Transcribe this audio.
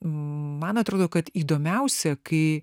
man atrodo kad įdomiausia kai